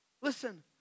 Listen